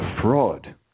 fraud